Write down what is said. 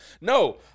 No